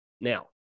now